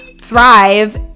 thrive